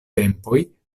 tempoj